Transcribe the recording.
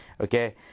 okay